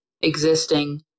existing